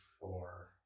four